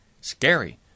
Scary